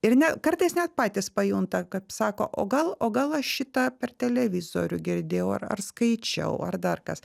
ir ne kartais net patys pajunta kaip sako o gal o gal aš šitą per televizorių girdėjau ar ar skaičiau ar dar kas